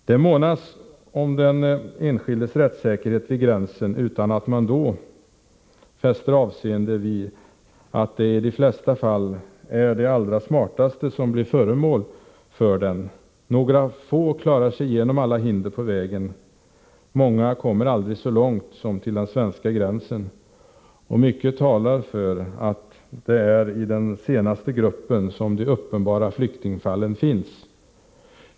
Det månas om den enskildes rättssäkerhet vid gränsen utan att man då fäster avseende vid att det i de flesta fall är de allra smartaste som blir föremål för detta. Några få klarar sig igenom alla hinder på vägen. Många kommer aldrig så långt som till den svenska gränsen. Mycket talar för att det är i den senare gruppen som de uppenbara flyktingfallen finns.